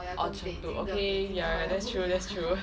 oh 成都 okay ya ya that's true that's true